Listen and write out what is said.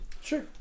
Sure